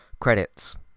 credits